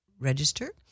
Register